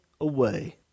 away